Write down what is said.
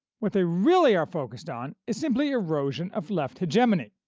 what they really are focused on is simply erosion of left hegemony,